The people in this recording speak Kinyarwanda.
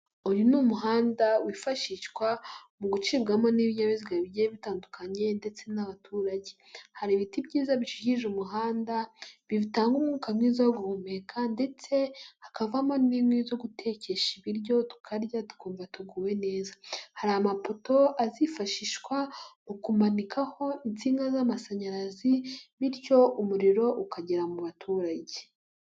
Uyu ni umuhanda wifashishwa mu gucibwamo n'ibinyabiziga bigiye bitandukanye ndetse n'abaturage, hari ibiti byiza bikikije umuhanda bitanga umwuka mwiza wo guhumeka ndetse hakavamo n'inkwi zo gutekesha ibiryo tukarya dukumva tuguwe neza, hari amapoto azifashishwa mu kumanikaho insinga z'amashanyarazi bityo umuriro ukagera mu baturage.